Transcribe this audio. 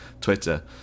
Twitter